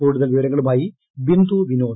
കൂടുതൽ വിവരങ്ങളുമായി ബ്ലിന്ദു ്വിനോദ്